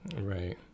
right